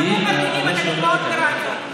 ואתם מארגנים את המקוואות הפיראטיים.